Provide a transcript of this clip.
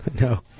No